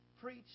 Preach